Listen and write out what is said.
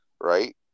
right